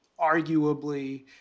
Arguably